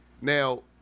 Now